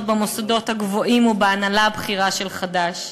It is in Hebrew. במוסדות הגבוהים ובהנהלה הבכירה של חד"ש.